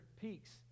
peaks